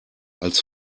als